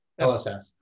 LSS